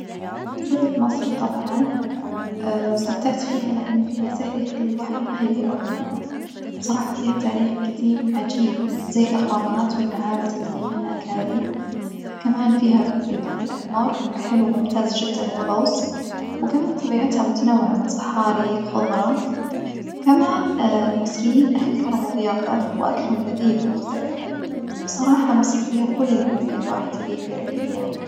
زرت مصر طبعًا، استمتعت فيها لإن فيها سحر يخلي الواحد ما يبي يروح منها، بصراحة فيها تاريخ جديم عجيب زي الأهرامات والمعابد الهي هناك هذي كمان فيها البحر الأحمر حلو ممتاز جدًا للغوص، وكمان طبيعتها متنوعة من صحاري لخضرة كمان المصريين أهل كرم وظيافة وأكلهم لذيذ ومختلف، بصراحة مصر فيها كل اللي ممكن الواحد يبغيه في رحلة سياحية.